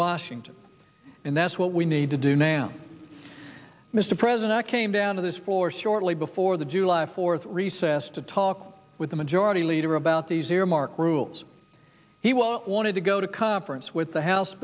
washington and that's what we need to do now mr president came down to this force shortly before the july fourth recess to talk with the majority leader about these earmark rules he wanted to go to conference with the house